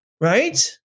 right